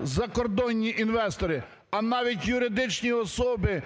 закордонні інвестори, а навіть юридичні особи,